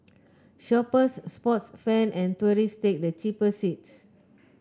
shoppers sports fan and tourists take the cheaper seats